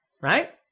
right